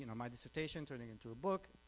and um my dissertation turning into a book,